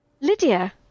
Lydia